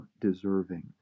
deserving